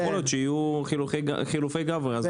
יכול להיות שיהיו חילופי גברי ואז נוכל.